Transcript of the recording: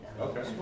Okay